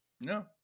no